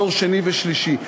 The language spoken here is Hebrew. דור שני ושלישי,